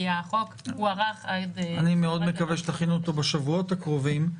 כי החוק הוארך עד --- אני מאוד מקווה שתכינו אותו בשבועות הקרובים,